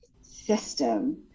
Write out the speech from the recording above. system